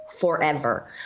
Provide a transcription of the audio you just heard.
forever